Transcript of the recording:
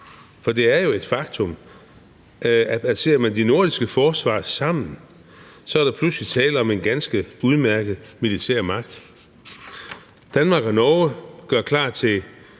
for det er jo et faktum, at hvis man ser på det nordiske forsvar som et hele, er der pludselig tale om en ganske udmærket militær magt. Danmark og Norge gør klar til